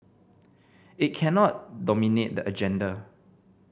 it cannot dominate the agenda